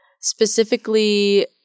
specifically